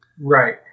Right